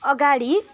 अगाडि